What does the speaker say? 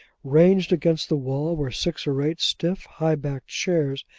ranged against the wall were six or eight stiff, high-backed chairs,